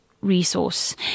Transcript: resource